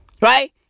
Right